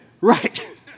right